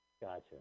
Gotcha